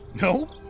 No